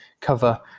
cover